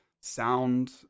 sound